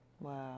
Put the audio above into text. Wow